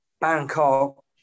Bangkok